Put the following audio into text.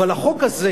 אבל החוק הזה,